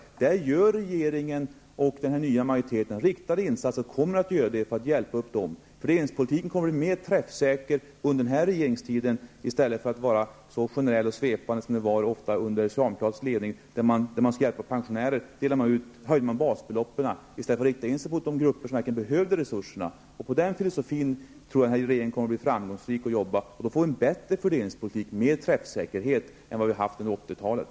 Regeringen och den nya majoriteten gör och skall göra riktade insatser för att hjälpa dessa grupper. Regeringspolitiken kommer under den här regeringstiden att bli mer träffsäker och inte så svepande som den ofta var under socialdemokraternas ledning, då man för att stödja pensionärerna höjde basbeloppen i stället för att rikta in sig på de grupper som verkligen behövde hjälp. Med denna sin filosofi blir nog den här regeringen framgångsrik, vilket kommer att leda till en bättre fördelningspolitik med mer träffsäkerhet än vad vi hade under 80-talet.